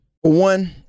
one